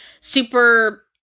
super